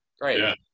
great